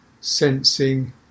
sensing